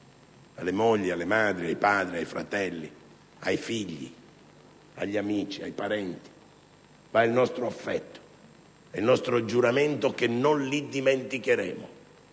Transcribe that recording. alle mogli, alle madri, ai padri, ai fratelli, ai figli, agli amici e ai parenti, va il nostro affetto e il nostro giuramento che non li dimenticheremo,